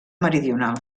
meridional